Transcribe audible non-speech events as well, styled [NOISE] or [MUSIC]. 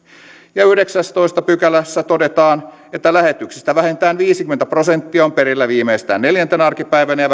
ja yhdeksännessätoista pykälässä todetaan että lähetyksistä vähintään viisikymmentä prosenttia on perillä viimeistään neljäntenä arkipäivänä ja [UNINTELLIGIBLE]